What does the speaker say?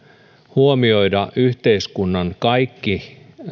huomioida yhteiskunnan kaikki